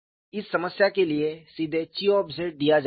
इस समस्या के लिए सीधे 𝛘दिया जाता है